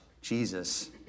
Jesus